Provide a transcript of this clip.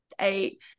eight